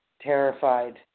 terrified